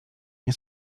nie